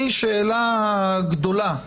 זאת שאלה גדולה,